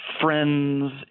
friends